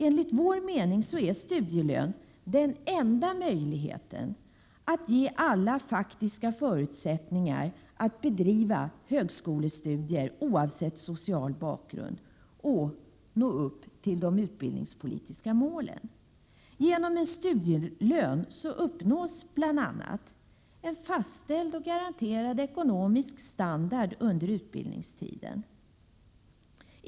Enligt vår mening är studielön den enda möjligheten att ge alla faktiska förutsättningar att bedriva högskolestudier oavsett social bakgrund och nå upp till de utbildningspolitiska målen. e En fastställd och garanterad ekonomisk standard under utbildningstiden.